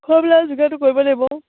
খোৱাবিলাক যোগাৰটো কৰিব লাগিব